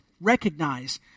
recognize